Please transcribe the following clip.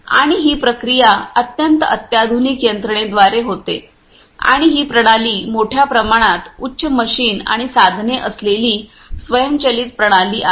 आणि ही प्रक्रिया अत्यंत अत्याधुनिक यंत्रणेद्वारे होते आणि ही प्रणाली मोठ्या प्रमाणात उच्च मशीन आणि साधने असलेली स्वयंचलित प्रणाली आहे